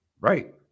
Right